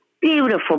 Beautiful